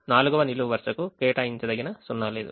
4వ నిలువు వరుసకు కేటాయించదగిన సున్నా లేదు